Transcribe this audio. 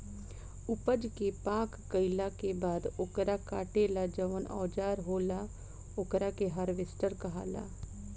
ऊपज के पाक गईला के बाद ओकरा काटे ला जवन औजार होला ओकरा के हार्वेस्टर कहाला